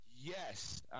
Yes